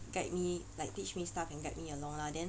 guide me like teach me stuff and guide me along lah then